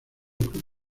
club